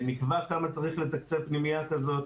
נקבע כמה צריך לתקצב פנימייה כזאת,